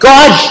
God